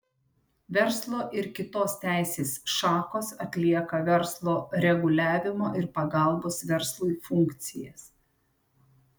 verslo ir kitos teisės šakos atlieka verslo reguliavimo ir pagalbos verslui funkcijas